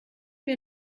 wir